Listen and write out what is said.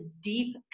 deep